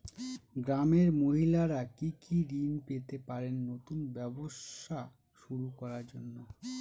গ্রামের মহিলারা কি কি ঋণ পেতে পারেন নতুন ব্যবসা শুরু করার জন্য?